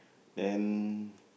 then